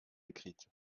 écrite